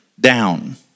down